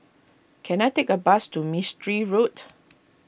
can I take a bus to Mistri Road